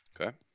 okay